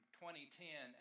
2010